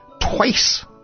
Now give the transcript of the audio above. twice